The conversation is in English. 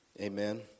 Amen